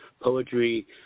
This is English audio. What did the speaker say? Poetry